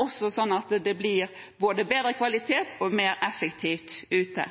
og det blir bedre kvalitet og mer effektivt ute.